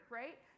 right